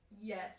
Yes